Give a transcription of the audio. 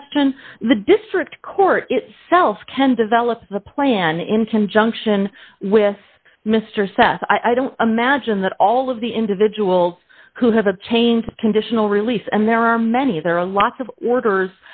question the district court itself can develop a plan in conjunction with mr seth i don't imagine that all of the individuals who have a change conditional release and there are many there are lots of